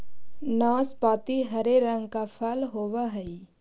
नाशपाती हरे रंग का फल होवअ हई